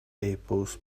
apples